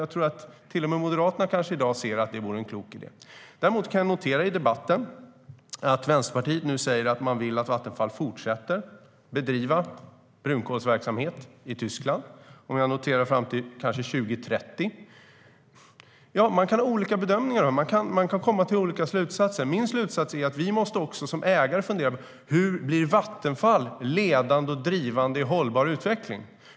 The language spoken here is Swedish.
Jag tror att kanske till och med Moderaterna inser att det är en klok idé. Jag noterar att Vänsterpartiet i debatten nu säger att man vill att Vattenfall fortsätter att bedriva brunkolsverksamhet i Tyskland fram till kanske 2030. Vi kan göra olika bedömningar och komma fram till olika slutsatser. Min slutsats är att vi som ägare måste fundera på följande: Hur blir Vattenfall ledande och drivande vad gäller hållbar utveckling?